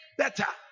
better